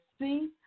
see